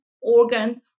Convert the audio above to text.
organ